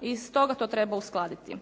I s toga to treba uskladiti.